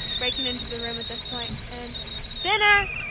breaking into the room at this point, and dinner!